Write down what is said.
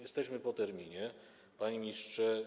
Jesteśmy po terminie, panie ministrze.